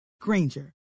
Granger